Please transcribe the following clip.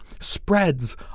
spreads